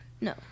No